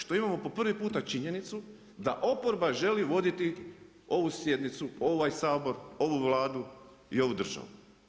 Što imamo po prvi put činjenicu da oporba želi voditi ovu sjednicu, ovaj Sabor, ovu Vladu i ovu državu.